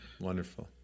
Wonderful